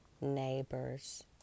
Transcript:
neighbors